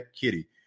kitty